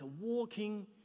walking